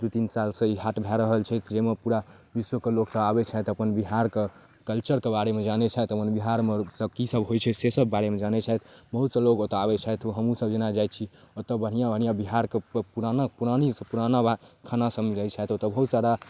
दुइ तीन सालसँ ई हाट भऽ रहल छै जाहिमे पूरा विश्वके लोकसभ आबैत छथि अपन बिहारके कल्चरके बारेमे जानै छथि अपन बिहारमे किसब होइ छै से सब बारेमे जानै छथि बहुतसए लोक ओतऽ आबै छथि जेना हमहूँसभ जेना जाइ छी ओतऽ बढ़िआँ बढ़िआँ बिहारसब छै पुरानासँ पुरानी पुराना खानासब मिलै छथि ओतऽ बहुत सारा